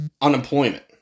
unemployment